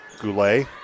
Goulet